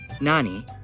Nani